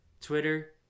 Twitter